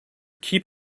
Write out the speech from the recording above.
keep